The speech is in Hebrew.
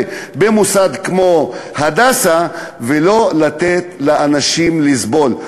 במוסד כמו "הדסה" ולא לתת לאנשים לסבול.